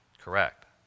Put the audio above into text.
correct